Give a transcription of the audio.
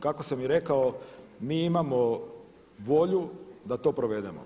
Kako sam i rekao mi imamo volju da to provedemo.